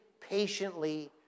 patiently